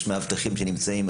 יש מאבטחים שנמצאים,